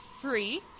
free